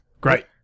great